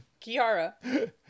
Kiara